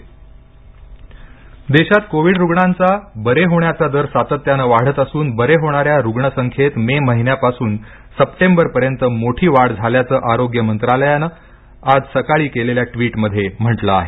आरोग्य मंत्रालय देशात कोविड रुग्णांचा बरे होण्याचा दर सातत्यानं वाढत असून बरे होणाऱ्या रुग्ण संख्येत मे महिन्यापासून सप्टेंबरपर्यंत मोठी वाढ झाल्याचं आरोग्य मंत्रालयानं आज सकाळी केलेल्या ट्वीटमध्ये म्हटलं आहे